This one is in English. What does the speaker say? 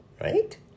right